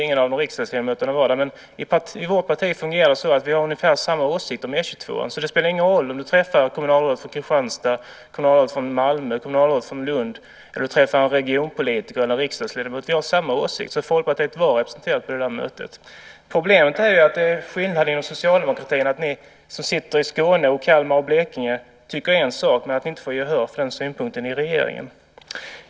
Ingen av riksdagsledamöterna var där, men i vårt parti fungerar det så att vi har ungefär samma åsikt om E 22:an. Det spelar ingen roll om du träffar kommunalrådet från Kristianstad, kommunalrådet från Malmö, kommunalrådet från Lund eller en regionpolitiker eller en riksdagsledamot. Vi har samma åsikt. Folkpartiet var representerat på det där mötet. Problemet är att det är skillnad inom socialdemokratin. Ni som sitter i Skåne och Kalmar och Blekinge tycker en sak, men ni får inte gehör för den synpunkten i regeringen.